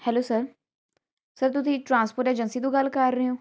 hello sir sir ਤੁਸੀਂ transport agency ਤੋਂ ਗੱਲ ਕਰ ਰਹੇ ਹੋ